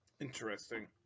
Interesting